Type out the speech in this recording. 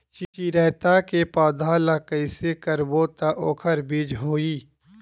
चिरैता के पौधा ल कइसे करबो त ओखर बीज होई?